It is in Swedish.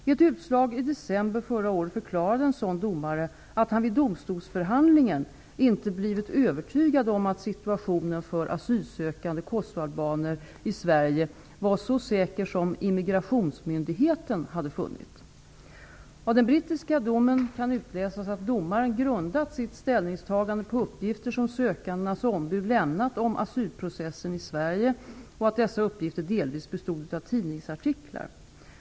I ett utslag i december förra året förklarade en sådan domare att han vid domstolsförhandlingen inte blivit övertygad om att situationen för asylsökande kosovoalbaner i Sverige var så säker som immigrationsmyndigheten hade funnit. Av den brittiska domen kan utläsas att domaren grundat sitt ställningstagande på uppgifter som sökandenas ombud lämnat om asylprocessen i Sverige och att dessa uppgifter delvis bestod av tidningsartiklar.